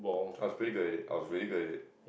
I was pretty good at it I was really good at it